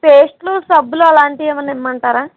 పేస్ట్లు సబ్బులు అలాంటివి ఏమన్నా ఇవ్వమంటారా